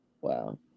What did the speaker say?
Wow